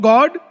God